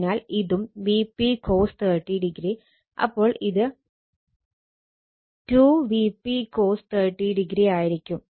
അതിനാൽ ഇതും Vp cos 30o അപ്പോൾ ഇത് 2 Vp cos 30o ആയിരിക്കും